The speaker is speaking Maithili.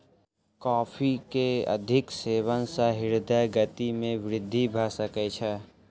कॉफ़ी के अधिक सेवन सॅ हृदय गति में वृद्धि भ सकै छै